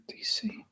DC